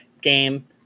game